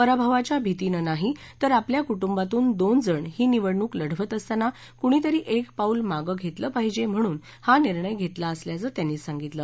पराभवाच्या भीतीनं नाही तर आपल्या कुटुंबातून दोनजण ही निवडणूक लढवत असताना कुणीतरी एक पाऊल मागं घेतलं पाहिजे म्हणून हा निर्णय घेतला असल्याचं त्यांनी सांगितलं